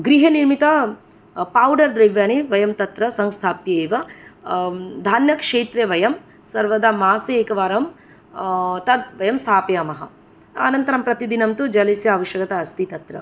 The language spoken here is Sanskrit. गृहनिर्मित पौडर् द्रव्याणि वयं तत्र संस्थाप्यैव धान्यक्षेत्रे वयं सर्वदा मासे एकवारं तद् वयं स्थापयामः अनन्तरं प्रतिदिनं तु जलस्य आवश्यकता अस्ति तत्र